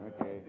Okay